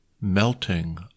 melting